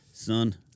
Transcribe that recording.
Son